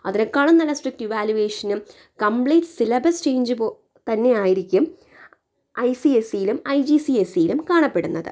അതിനേക്കാളും നല്ല സ്ട്രിക്റ്റ് ഇവാലുവേഷനും കംപ്ലീറ്റ് സിലബസ് ചേഞ്ച് പോ തന്നെയായിരിക്കും ഐ സി എസ് ഇ യിലും ഐ ജി സി എസ്യി ഇ ലും കാണപ്പെടുന്നത്